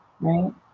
right